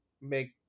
make